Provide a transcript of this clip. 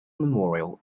memorial